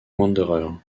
wanderers